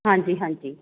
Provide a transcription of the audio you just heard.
ਹਾਂਜੀ ਹਾਂਜੀ